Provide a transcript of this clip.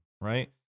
right